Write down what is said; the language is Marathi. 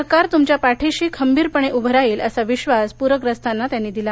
सरकार तुमच्या पाठीशी खंबीरपणे उभं राहील असा विश्वास प्रग्रस्तांना दिला